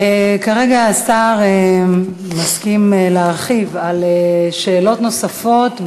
כרגע השר מסכים להרחיב על שאלות נוספות,